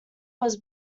was